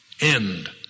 end